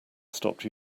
stopped